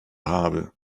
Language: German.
habe